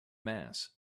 mass